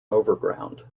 overground